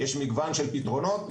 יש מגוון של פתרונות.